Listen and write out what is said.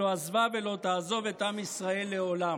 שלא עזבה ולא תעזוב את עם ישראל לעולם.